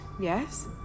Yes